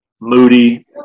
Moody